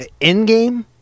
Endgame